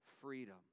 freedom